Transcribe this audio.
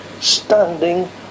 Standing